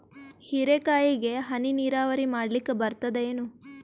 ಹೀರೆಕಾಯಿಗೆ ಹನಿ ನೀರಾವರಿ ಮಾಡ್ಲಿಕ್ ಬರ್ತದ ಏನು?